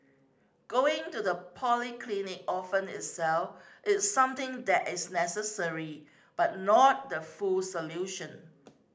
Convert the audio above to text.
going to the polyclinic often itself is something that is necessary but not the full solution